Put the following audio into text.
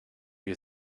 you